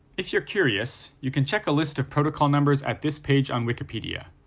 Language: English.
if you're curious, you can check a list of protocol numbers at this page on wikipedia.